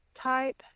type